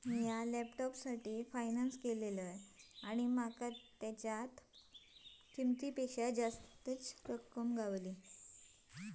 मिया लॅपटॉपसाठी फायनांस केलंय आणि माका तेच्या किंमतेपेक्षा जास्तीची रक्कम गावली